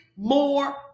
more